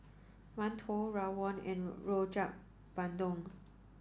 Mantou Rawon and Rojak Bandung